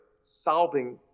solving